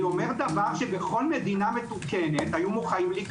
אני אומר דבר שבכל מדינה מתוקנת היו מוחאים לי כפיים.